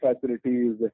facilities